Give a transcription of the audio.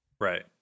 Right